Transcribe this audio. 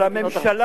אבל לממשלה,